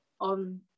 on